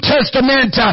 Testament